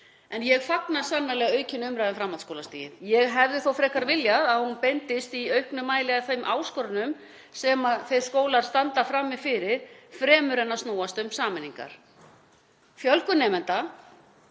Ég fagna sannarlega aukinni umræðu um framhaldsskólastigið. Ég hefði þó frekar viljað að hún beindist í auknum mæli að þeim áskorunum sem þeir skólar standa frammi fyrir fremur en að snúast um sameiningar. Fjölgun nemenda,